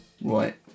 Right